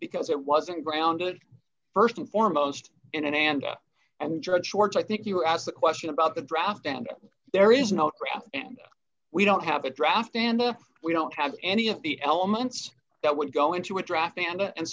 because it wasn't grounded st and foremost in and and dr schwartz i think you were asked the question about the draft and there is not and we don't have a draft and then we don't have any of the elements that would go into a